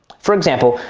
for example,